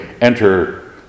enter